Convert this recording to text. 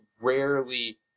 rarely